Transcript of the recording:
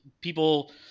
people